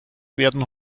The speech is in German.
werden